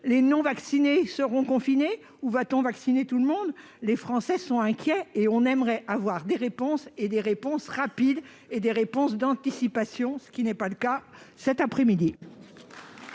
les non-vaccinés seront confinés ou confinera-t-on tout le monde ? Les Français sont inquiets et on aimerait avoir des réponses, des réponses rapides et des réponses d'anticipation. Ce n'est pas le cas cet après-midi.